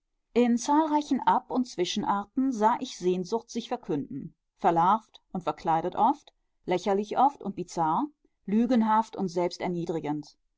in zahlreichen ab und zwischenarten sah ich sehnsucht sich verkünden verlarvt und verkleidet oft lächerlich oft und bizarr lügenhaft und selbsterniedrigend